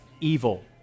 evil